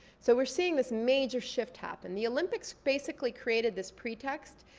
so we're seeing this major shift happen. the olympics basically created this pretext,